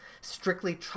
strictly